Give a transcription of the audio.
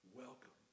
welcome